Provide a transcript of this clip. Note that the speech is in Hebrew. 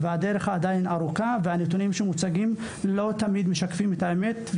הדרך עדיין ארוכה והנתונים שמוצגים לא תמיד משקפים את האמת.